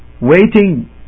waiting